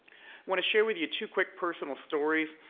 want to share with you two quick personal stories,